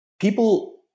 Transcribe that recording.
people